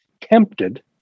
tempted